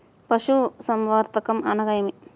పశుసంవర్ధకం అనగా ఏమి?